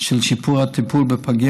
של שיפור הטיפול בפגים,